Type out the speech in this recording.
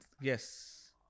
yes